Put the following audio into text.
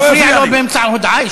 אתה מפריע לו באמצע הודעה אישית?